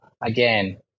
again